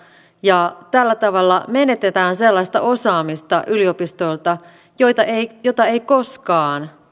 ja tällä tavalla menetetään sellaista osaamista yliopistoilta jota ei koskaan